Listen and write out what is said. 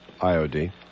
IOD